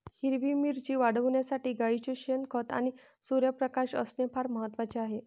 हिरवी मिरची वाढविण्यासाठी गाईचे शेण, खत आणि सूर्यप्रकाश असणे फार महत्वाचे आहे